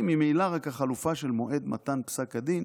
ממילא רק החלופה של מועד מתן פסק הדין